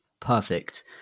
perfect